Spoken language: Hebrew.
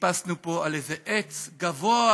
שטיפסנו פה על איזה עץ גבוה,